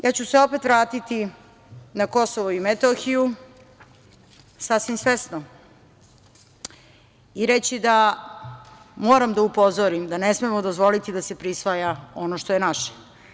Opet ću se vratiti na Kosovo i Metohiju, sasvim svesno, i reći da moram da upozorim da ne smemo dozvoliti da se prisvaja ono što je naše.